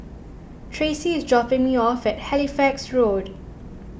Traci is dropping me off at Halifax Road